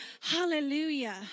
Hallelujah